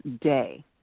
Day